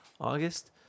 august